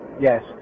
Yes